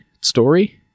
story